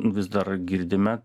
vis dar girdime